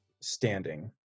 standing